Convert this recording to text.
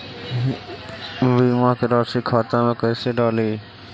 बीमा के रासी खाता में कैसे डाली?